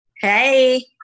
Hey